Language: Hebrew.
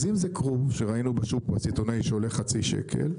אז אם זה כרוב שראינו בשוק בסיטונאי שעולה חצי שקל,